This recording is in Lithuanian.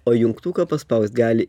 o jungtuką paspaust gali